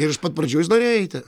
ir iš pat pradžių jis norėjo eiti